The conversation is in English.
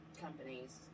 companies